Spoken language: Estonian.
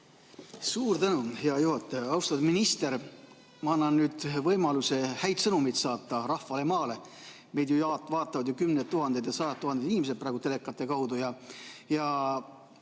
Suur tänu, hea juhataja! Austatud minister! Ma annan nüüd võimaluse häid sõnumeid saata rahvale maale. Meid vaatavad ju kümned tuhanded ja sajad tuhanded inimesed praegu telekate kaudu.